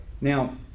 Now